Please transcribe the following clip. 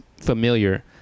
familiar